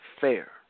fair